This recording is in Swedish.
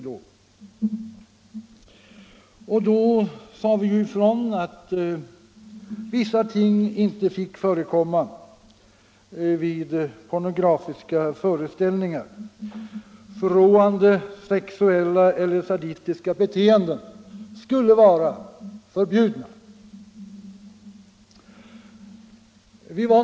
Då sade vi ju ifrån att vissa ting inte fick förekomma vid pornografiska föreställningar. Förråande sexuella eller sadistiska beteenden skulle vara förbjudna.